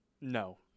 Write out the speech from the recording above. No